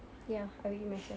ya I will eat myself